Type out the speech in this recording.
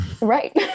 Right